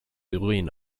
doreen